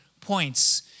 points